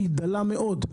שהיא דלה מאוד.